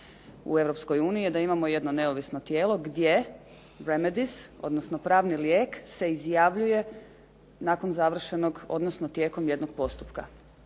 uniji je da imamo jedno neovisno tijelo gdje remedies, odnosno pravni lijek se izjavljuje nakon završenog odnosno